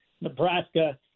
Nebraska